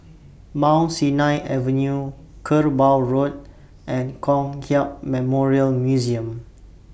Mount Sinai Avenue Kerbau Road and Kong Hiap Memorial Museum